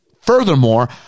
Furthermore